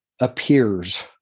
appears